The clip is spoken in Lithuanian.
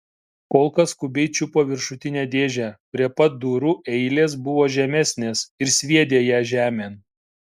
kolka skubiai čiupo viršutinę dėžę prie pat durų eilės buvo žemesnės ir sviedė ją žemėn